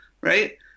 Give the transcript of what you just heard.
right